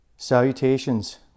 salutations